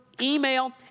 email